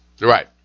Right